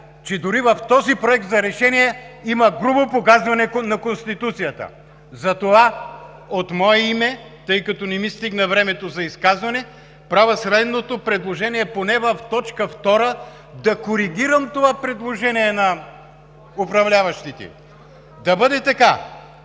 че дори в този проект за решение има грубо погазване на Конституцията. Затова от мое име, тъй като не ми стигна времето за изказване, правя следното предложение – поне в точка втора да коригирам това предложение на управляващите и да бъде така: